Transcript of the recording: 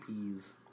peas